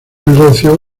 negocio